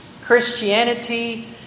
Christianity